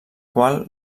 qual